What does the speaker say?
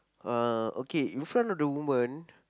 uh okay in front of the woman